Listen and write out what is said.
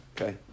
Okay